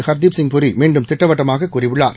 ஹர்தீப்சிங்புரிமீண்டும்திட்டவட்டமாகக்கூறியுள்ளார்